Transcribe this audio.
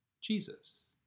Jesus